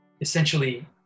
essentially